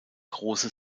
große